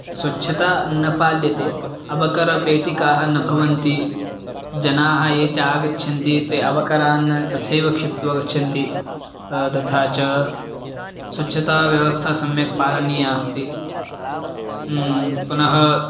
स्वच्छता न पाल्यते अवकरपेटिकाः न भवन्ति जनाः ये च आगच्छन्ति ते अवकरान् तथैव क्षिप्त्वा गच्छन्ति तथा च स्वच्छता व्यवस्था सम्यक् पालनीया अस्ति पुनः